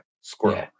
squirrel